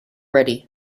ready